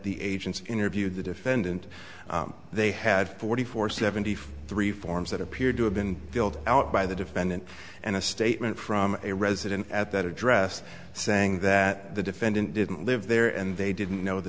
the agents interviewed the defendant they had forty four seventy five three forms that appeared to have been filled out by the defendant and a statement from a resident at that address saying that the defendant didn't live there and they didn't know the